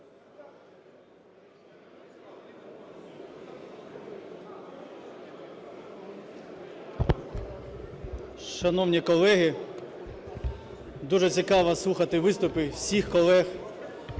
Шановні колеги, дуже цікаво слухати виступи всіх колег.